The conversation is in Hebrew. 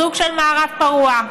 סוג של מערב פרוע.